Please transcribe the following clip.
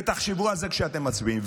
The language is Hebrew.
ותחשבו על זה כשאתם מצביעים.